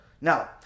Now